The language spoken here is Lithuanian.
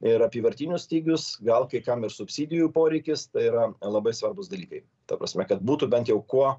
ir apyvartinio stygius gal kai kam ir subsidijų poreikis tai yra labai svarbūs dalykai ta prasme kad būtų bent jau kuo